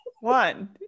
one